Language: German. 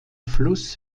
fluss